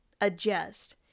adjust